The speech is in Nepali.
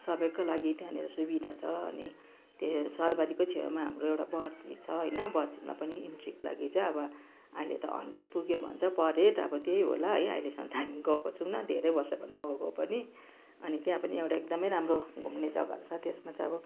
सबैको लागि त्यहाँनिर सुविधा छ अनि ते सरबारीकै छेउमा हाम्रो एउटा बर्च हिल छ होइन बर्च हिलमा पनि इन्ट्रीको लागि चाहिँ अब अहिले त हन्ड्रेड पुग्यो भन्छ पर हेड अब त्यही होला है अहिलेसम्म त हामी गएको छैनौँ धेरै बर्ष भयो नगएको पनि अनि त्यहाँ पनि एउटा एकदमै राम्रो घुम्ने जग्गाहरू छ त्यसमा चाहिँ अब